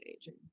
aging